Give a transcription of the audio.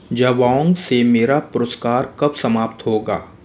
Jabong से मेरा पुरस्कार कब समाप्त होगा